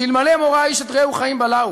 שאלמלא מוראה איש את רעהו חיים בלעו,